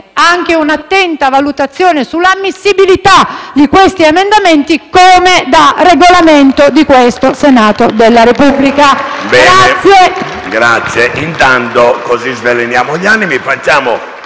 anche un'attenta valutazione sull'ammissibilità di questi emendamenti come da Regolamento del Senato della Repubblica.